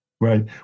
Right